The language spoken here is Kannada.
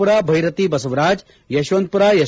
ಪುರ ಭೈರತಿ ಬಸವರಾಜ್ ಯಶವಂತಪುರ ಎಸ್